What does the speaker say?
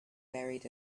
buried